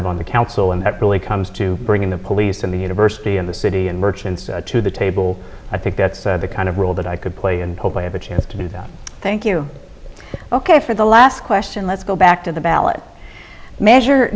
of on the council and that really comes to bringing the police and the university in the city and merchants to the table i think that's the kind of role that i could play and hope i have a chance to do that thank you ok for the last question let's go back to the ballot measure